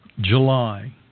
July